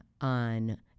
on